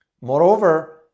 Moreover